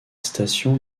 station